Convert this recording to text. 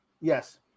yes